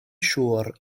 siŵr